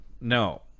No